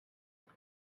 what